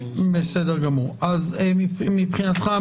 מבחינתך,